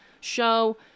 show